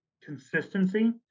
consistency